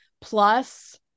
plus